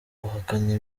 wahakanye